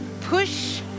Push